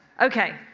okay.